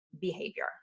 behavior